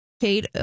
Kate